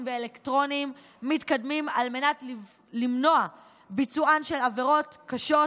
ואלקטרוניים מתקדמים על מנת למנוע ביצוען של עבירות קשות,